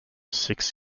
six